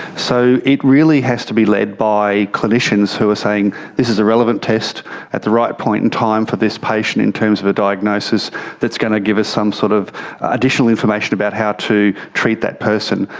so it really has to be led by clinicians who are saying this is a relevant test at the right point in time for this patient in terms of a diagnosis that's going to give us some sort of additional information about how to treat that person.